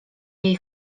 jej